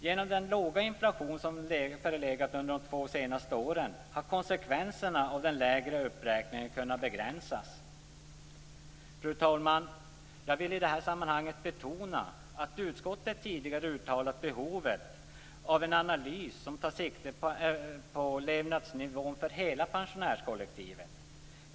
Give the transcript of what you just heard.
Genom den låga inflation som förelegat under de två senaste åren har konsekvenserna av den lägre uppräkningen kunnat begränsas. Fru talman! Jag vill i det här sammanhanget betona att utskottet tidigare uttalat behovet av en analys som tar sikte på levnadsnivån för hela pensionärskollektivet.